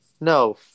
No